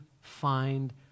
find